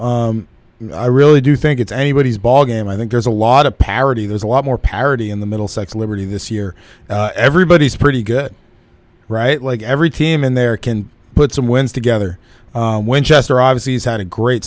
jumble i really do think it's anybody's ball game i think there's a lot of parity there's a lot more parity in the middlesex liberty this year everybody's pretty good right like every team in there can put some wins together winchester obviously has had a great